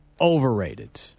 overrated